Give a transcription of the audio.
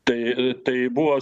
tai tai buvo